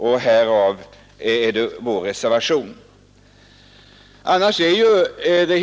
Det är det som varit orsaken till reservationen.